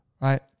right